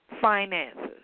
finances